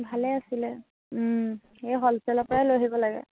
ভালে আছিলে সেই হ'লচেলৰ পৰাই লৈ আহিব লাগে